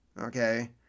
Okay